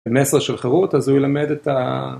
במסר של חרות אז הוא ילמד את ה...